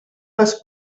les